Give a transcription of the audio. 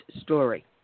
story